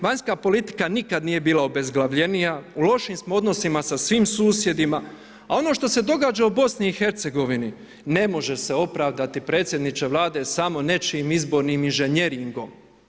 Vanjska politika nikad nije bila obezglavljenija, u lošim smo odnosima sa svim susjedima a ono što se događa u BiH-a ne može se opravdati predsjedniče Vlade samo nečijim izbornim injženjeringom.